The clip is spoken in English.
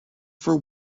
for